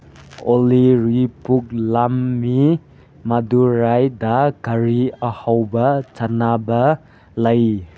ꯑꯣꯂꯤ ꯔꯤ ꯄꯨꯛ ꯂꯥꯝꯃꯤ ꯃꯗꯨꯔꯥꯏꯗ ꯀꯔꯤ ꯑꯍꯥꯎꯕ ꯆꯥꯅꯕ ꯂꯩ